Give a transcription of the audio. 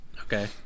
Okay